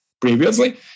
previously